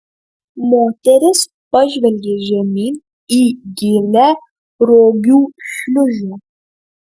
moteris pažvelgė žemyn į gilią rogių šliūžę